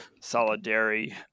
solidary